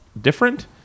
different